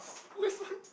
where's my